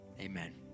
Amen